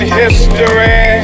history